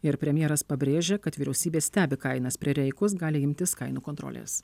ir premjeras pabrėžė kad vyriausybė stebi kainas prireikus gali imtis kainų kontrolės